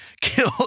kill